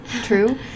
true